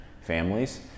families